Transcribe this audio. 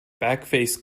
backface